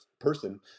person